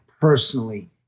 personally